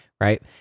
right